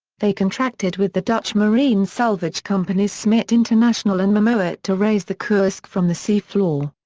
they contracted with the dutch marine salvage companies smit international and mammoet to raise the kursk from the sea floor.